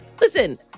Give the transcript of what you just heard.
Listen